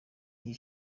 iyi